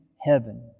heaven